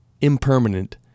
impermanent